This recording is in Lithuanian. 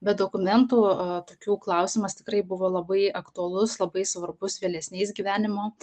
be dokumentų tokių klausimas tikrai buvo labai aktualus labai svarbus vėlesniais gyvenimo